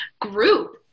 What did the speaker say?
group